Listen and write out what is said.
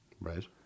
right